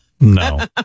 no